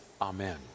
Amen